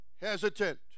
hesitant